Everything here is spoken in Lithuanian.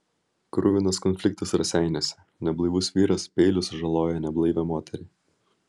kruvinas konfliktas raseiniuose neblaivus vyras peiliu sužalojo neblaivią moterį